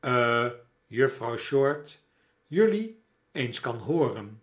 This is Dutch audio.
eh juffrouw short jelui eens kan hooren